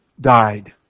died